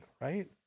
right